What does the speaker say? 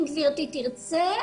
אם גברתי תרצה,